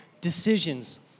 decisions